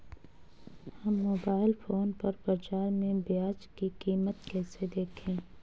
हम mobile phone पर बाज़ार में प्याज़ की कीमत कैसे देखें?